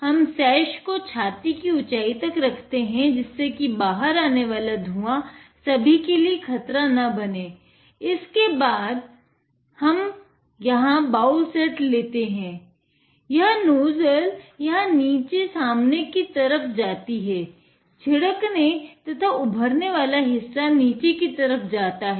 हम सैश पर तेज़ होता है